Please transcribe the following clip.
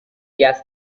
gas